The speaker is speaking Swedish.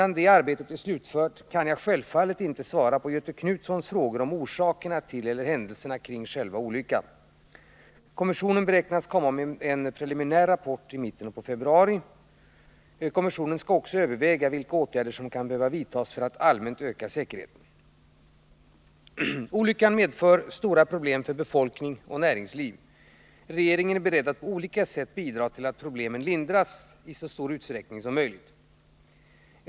Innan detta arbete är slutfört kan jag självfallet inte svara på Göthe Knutsons frågor om orsakerna till eller händelserna kring själva olyckan. Kommissionen beräknas komma med en preliminär rapport i mitten av februari. Kommissionen skall också överväga vilka åtgärder som kan behöva vidtas för att allmänt öka säkerheten. Olyckan medför stora problem för befolkning och näringsliv. Regeringen är beredd att på olika sätt bidra till att problemen lindras i så stor utsträckning som möjligt.